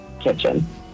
kitchen